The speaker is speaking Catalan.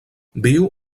viu